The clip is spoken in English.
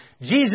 Jesus